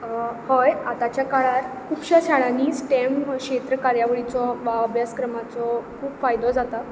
हय आतांच्या काळार खुबश्या शाळांनी स्टेम क्षेत्र कार्यावळीचो अभ्यासक्रमाचो खूब फायदो जाता